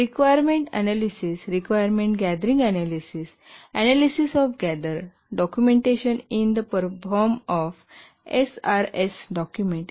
requirement analysis requirement gathering analysis analysis of gather documentation in the form of S R S document e